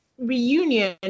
reunion